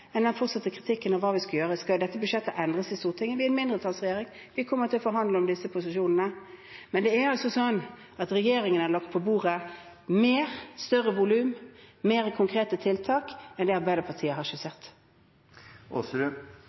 den fortsatte kritikken av hva vi skal gjøre. Skal dette budsjettet endres i Stortinget – vi er en mindretallsregjering, vi kommer til å forhandle om disse posisjonene. Men regjeringen har lagt på bordet mer, større volum, flere konkrete tiltak enn det Arbeiderpartiet har